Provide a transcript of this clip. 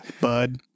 bud